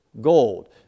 gold